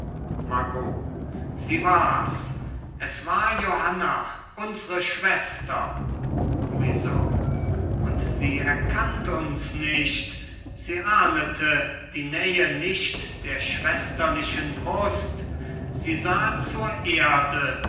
margot sie wars es war johanna unsre schwester louison und sie erkannt uns nicht sie ahndete die nähe nicht der schwesterlichen brust sie sah zur erde